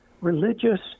religious